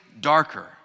darker